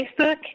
Facebook